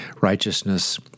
righteousness